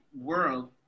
world